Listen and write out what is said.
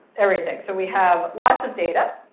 everything. so we have lots of data.